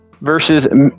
versus